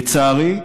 לצערי,